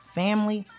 family